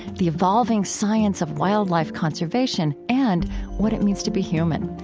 the evolving science of wildlife conservation, and what it means to be human.